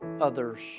others